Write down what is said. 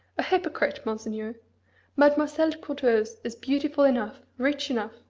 a hypocrite, monseigneur! mademoiselle de courteheuse is beautiful enough, rich enough,